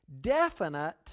definite